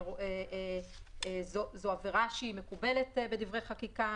זו עבירה מקובלת בדברי חקיקה.